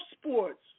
sports